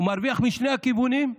הוא מרוויח משני הכיוונים.